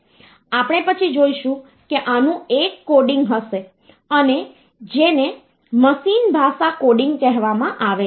આપણે પછી જોઈશું કે આનું એક કોડિંગ હશે અને જેને મશીન ભાષા કોડિંગ કહેવામાં આવે છે